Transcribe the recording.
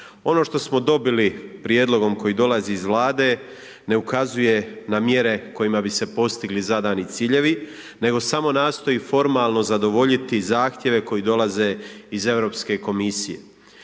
Ono što smo dobili prijedlogom koji dolazi iz Vlade ne ukazuje na mjere kojima bi se postigli zadani ciljevi, nego samo nastoji formalno zadovoljiti zahtjeve koji dolaze iz Europske komisije.